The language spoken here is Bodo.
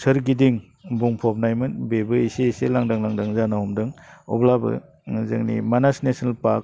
सोरगिदिं बुंफबनायमोन बेबो एसे एसे लांदां लांदां जानो हमदों अब्लाबो जोंनि मानास नेसनेल पार्क